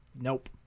nope